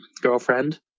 girlfriend